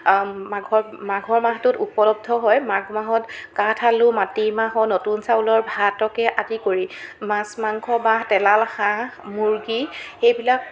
মাঘৰ মাঘৰ মাহটোত উপলব্ধ হয় মাঘ মাহত কাঠ আলু মাটি মাহৰ নতুন চাউলৰ ভাতকে আদি কৰি মাছ মাংস বা তেলাল হাঁহ মূৰ্গী সেইবিলাক